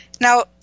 Now